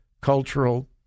cultural